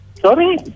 Sorry